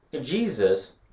Jesus